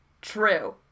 True